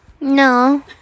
no